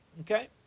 Okay